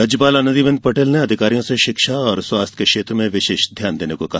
राज्यपाल आनंदी बेन पटेल ने अधिकारियों से शिक्षा और स्वास्थ्य के क्षेत्र में विशेष ध्यान देने को कहा